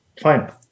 Fine